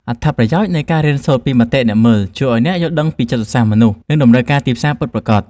អត្ថប្រយោជន៍នៃការរៀនសូត្រពីមតិអ្នកមើល ជួយឱ្យអ្នកយល់ដឹងពីចិត្តសាស្ត្រមនុស្ស និងតម្រូវការទីផ្សារពិតប្រាកដ។